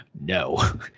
no